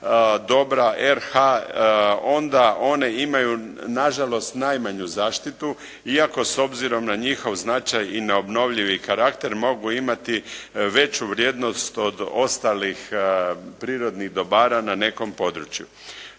dobra RH onda one imaju nažalost najmanju zaštitu iako s obzirom na njihov značaj i na obnovljivi karakter mogu imati veću vrijednost od ostalih prirodnih dobara na nekom području.